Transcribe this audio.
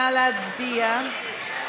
נא להצביע.